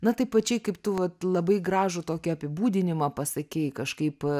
na taip pačiai kaip tu vat labai gražų tokį apibūdinimą pasakei kažkaip